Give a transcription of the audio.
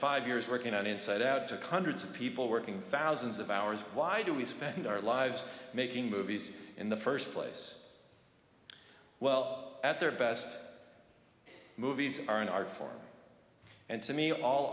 five years working on inside out to con hundreds of people working fallon's of hours why do we spend our lives making movies in the first place well at their best movies are an art form and to me all